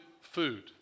food